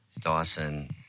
Dawson